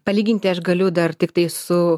palyginti aš galiu dar tiktai su